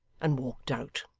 and walked out.